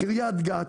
קריית גת,